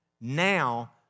now